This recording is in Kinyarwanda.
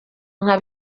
nka